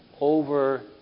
over